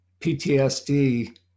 ptsd